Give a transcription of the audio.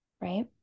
right